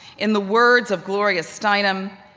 in the words of gloria steinem,